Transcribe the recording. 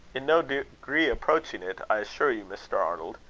in no degree approaching it, i assure you, mr. arnold.